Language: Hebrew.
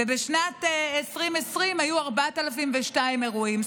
בשנת 2020 היו 4,002 אירועים.